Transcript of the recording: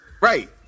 Right